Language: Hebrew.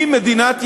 היא מדינת ישראל.